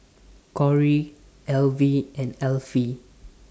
Corrie Alvie and Alfie